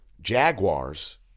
Jaguars